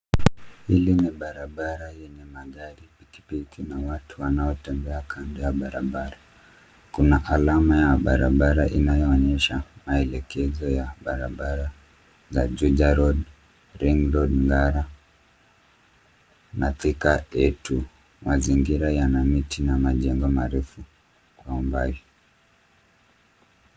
Hili ni barabara yenye magari na pikipiki na watu wanaotembea kando ya barabara. Kuna alama ya barabara inayoonyesha maelekezo ya barabara za Juja Road , Ringroad , Ngara na Thika A2. Mazingira yana miti na majengo marefu kwa umbali.